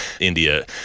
India